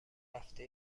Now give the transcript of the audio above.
رفته